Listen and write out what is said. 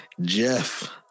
Jeff